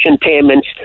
payments